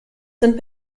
sind